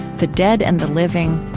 the dead and the living,